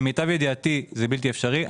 למיטב ידיעתי זה בלתי אפשרי.